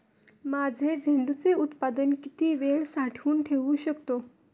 माझे झेंडूचे उत्पादन किती वेळ साठवून ठेवू शकतो?